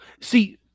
see